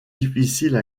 difficile